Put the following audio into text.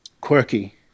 Quirky